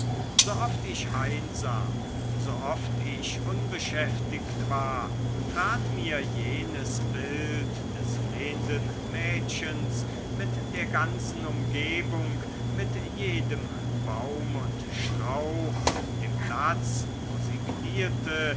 garten sooft ich einsam sooft ich unbeschäftigt war trat mir jenes bild des flehenden mädchens mit der ganzen umgebung mit jedem baum und strauch dem platz wo sie knieete